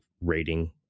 rating